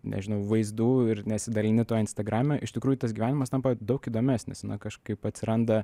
nežinau vaizdų ir nesidalini tuo instagrame iš tikrųjų tas gyvenimas tampa daug įdomesnis na kažkaip atsiranda